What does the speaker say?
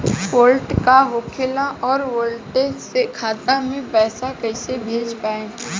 Wallet का होखेला और वैलेट से खाता मे पईसा कइसे भेज पाएम?